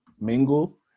mingle